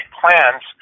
plans